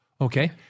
Okay